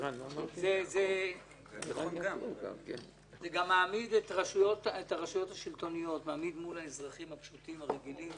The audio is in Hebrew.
זה גם מעמיד את הרשויות השלטוניות מול האזרחים הרגילים